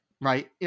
Right